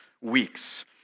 weeks